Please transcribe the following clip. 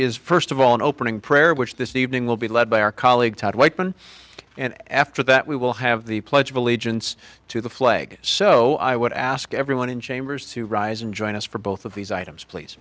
is first of all an opening prayer which this evening will be led by our colleague todd whitman and after that we will have the pledge of allegiance to the flag so i would ask everyone in chambers to rise and join us for both of these items please